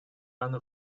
аны